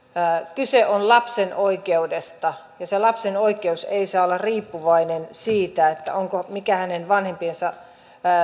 kyse on lapsen oikeudesta ja se lapsen oikeus ei saa olla riippuvainen siitä mikä hänen vanhempiensa